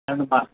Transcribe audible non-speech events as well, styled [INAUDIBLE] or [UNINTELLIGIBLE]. [UNINTELLIGIBLE]